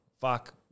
Fuck